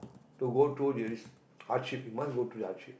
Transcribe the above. to go through there is hardship you must go through the hardship